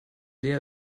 lea